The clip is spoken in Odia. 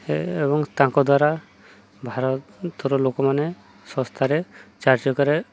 ଏ ଏବଂ ତାଙ୍କ ଦ୍ୱାରା ଭାରତର ଲୋକମାନେ ଶସ୍ତାରେ ଚାରି ଚକରେ